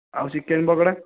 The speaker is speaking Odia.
ଆଉ ଚିକେନ ପକୋଡ଼ା